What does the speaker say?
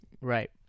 Right